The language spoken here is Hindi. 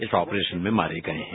इस ऑपरेशन में मारे गए हैं